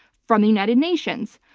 from the united nations,